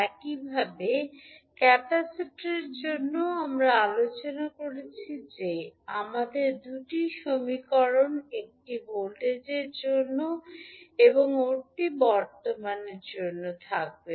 একইভাবে ক্যাপাসিটরের জন্যও আমরা আলোচনা করেছি যে আমাদের দুটি সমীকরণ একটি ভোল্টেজের জন্য এবং অন্যটির বর্তমানের জন্য থাকবে